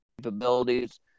capabilities